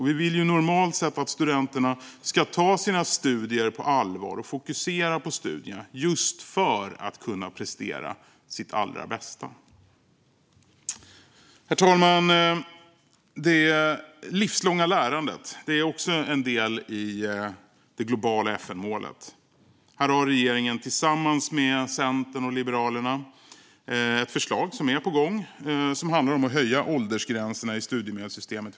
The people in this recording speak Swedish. Vi vill normalt sett att studenterna ska ta sina studier på allvar och fokusera på studierna just för att kunna prestera sitt allra bästa. Herr talman! Det livslånga lärandet är också en del i det globala FN-målet. Här har regeringen, tillsammans med Centern och Liberalerna, ett förslag som är på gång och som handlar om att höja åldersgränserna i studiemedelssystemet.